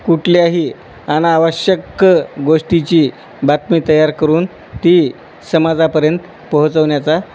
कुठल्याही अनावश्यक गोष्टीची बातमी तयार करून ती समाजापर्यंत पोहोचवण्या्चा